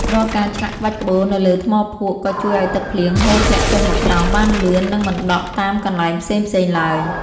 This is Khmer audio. រាល់ការឆ្លាក់ក្បាច់ក្បូរនៅលើថ្មភក់ក៏ជួយឱ្យទឹកភ្លៀងហូរធ្លាក់ចុះមកក្រោមបានលឿន និង មិនដក់តាមកន្លែងផ្សេងៗឡើយ។